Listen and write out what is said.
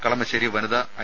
കളമശ്ശേരി വനിത ഐ